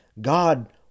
God